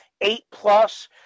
eight-plus